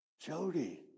Jody